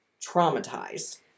traumatized